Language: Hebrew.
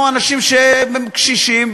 או קשישים,